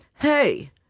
hey